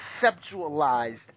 conceptualized